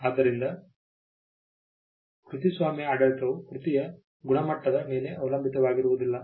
ಆದ್ದರಿಂದ ಕೃತಿಸ್ವಾಮ್ಯ ಆಡಳಿತವು ಕೃತಿಯ ಗುಣಮಟ್ಟದ ಮೇಲೆ ಅವಲಂಬಿತವಾಗಿರುವುದಿಲ್ಲ